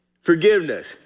forgiveness